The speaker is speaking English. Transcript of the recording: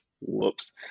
whoops